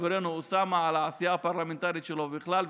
חברנו אוסאמה על העשייה הפרלמנטרית שלו בכלל,